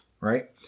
Right